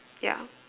yeah